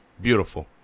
Beautiful